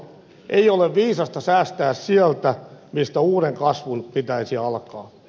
ei ole viisasta säästää sieltä mistä uuden kasvun pitäisi alkaa